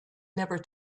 never